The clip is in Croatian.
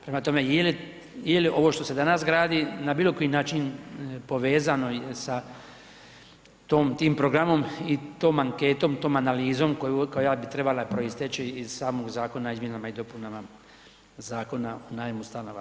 Prema tome, je li, je li ovo što se danas gradi na bilo koji način povezano sa tom, tim programom i tom anketom, tom analizom koja bi trebala proisteći iz samog Zakona o izmjenama i dopunama Zakona o najmu stanova.